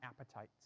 appetites